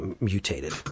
mutated